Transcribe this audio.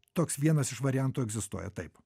toks vienas iš variantų egzistuoja taip